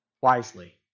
wisely